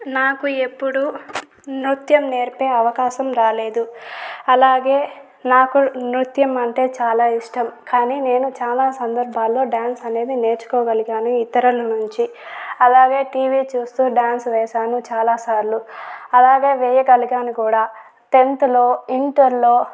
నాకు ఎప్పుడూ నృత్యం నేర్పే అవకాశం రాలేదు అలాగే నాకు నృత్యం అంటే చాలా ఇష్టం కానీ నేను చాలా సందర్భాల్లో డ్యాన్స్ అనేది నేర్చుకోగలిగాని ఇతరల నుంచి అలాగే టీవీ చూస్తూ డ్యాన్స్ వేశాను చాలాసార్లు అలాగే వేయగలిగాను కూడా టెన్త్ లో ఇంటర్ లో